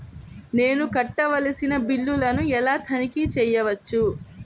నేను కట్టవలసిన బిల్లులను ఎలా తనిఖీ చెయ్యవచ్చు?